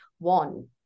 one